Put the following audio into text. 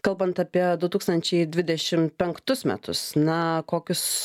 kalbant apie du tūkstančiai dvidešim penktus metus na kokius